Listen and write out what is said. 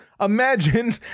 imagine